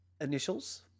initials